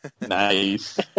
Nice